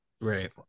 Right